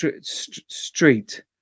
Street